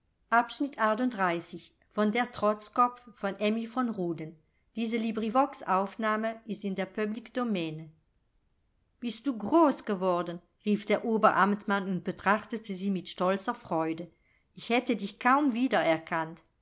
sein bist du groß geworden rief der oberamtmann und betrachtete sie mit stolzer freude ich hätte dich kaum wiedererkannt